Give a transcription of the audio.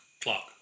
clock